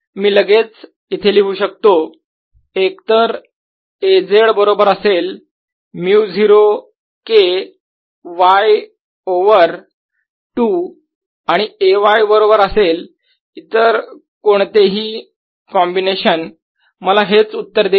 मी लगेच इथे लिहू शकतो एकतर A z बरोबर असेल μ0 K y ओव्हर 2 आणि A y बरोबर असेल 0 किंवा इतर कोणतेही कोम्बिनेशन मला हेच उत्तर देईल